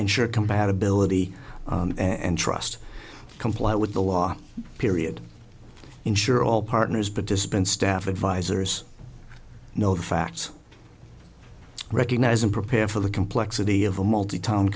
ensure compatibility and trust comply with the law period ensure all partners participants staff advisors know the facts recognize and prepare for the complexity of a multi to